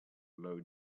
low